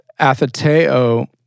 atheteo